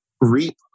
reap